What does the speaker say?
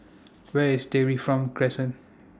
Where IS Dairy Farm Crescent